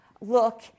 look